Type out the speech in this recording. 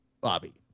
Bobby